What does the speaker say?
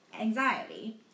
anxiety